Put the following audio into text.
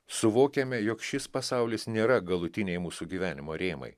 suvokiame jog šis pasaulis nėra galutiniai mūsų gyvenimo rėmai